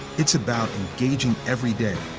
it's about engaging every day,